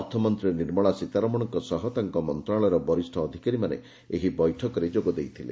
ଅର୍ଥମନ୍ତୀ ନିର୍ମଳା ସୀତାରମଣଙ୍କ ସହ ତାଙ୍କ ମନ୍ତଶାଳୟର ବରିଷ୍ ଅଧିକାରୀମାନେ ଏହି ବୈଠକରେ ଯୋଗ ଦେଇଥିଲେ